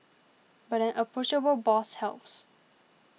but an approachable boss helps